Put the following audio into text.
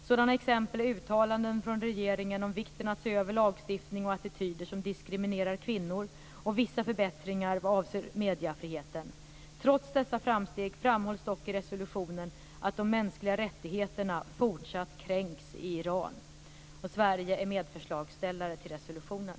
Sådana exempel är uttalanden från regeringen om vikten att se över lagstiftning och attityder som diskriminerar kvinnor och vissa förbättringar vad avser mediefriheten. Trots dessa framsteg framhålls dock i resolutionen att de mänskliga rättigheterna fortsatt kränks i Iran. Sverige är medförslagsställare till resolutionen.